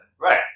right